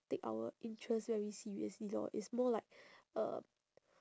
take our interests very seriously lor it's more like uh